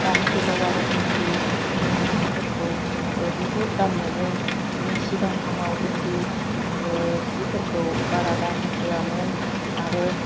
दानि जुगाव आरो इन्दि इन्दि सिफोरखौ बुहुथ दाम मोनो सिगां समाव इन्दि जिफोरखौ बारा दाम होआमोन आरो